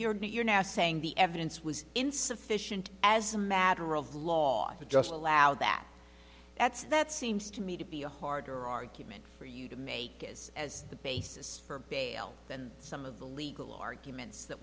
new you're now saying the evidence was insufficient as a matter of law to just allow that that's that seems to me to be a harder argument for you to make is as the basis for bail than some of the legal arguments that